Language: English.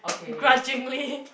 grudgingly